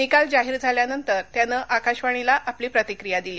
निकाल जाहीर झाल्यानतर त्यानं आकाशवाणीला आपली प्रतिक्रिया दिली